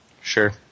Sure